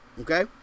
okay